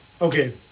okay